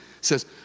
says